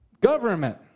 government